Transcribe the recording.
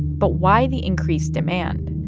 but why the increased demand?